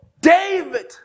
David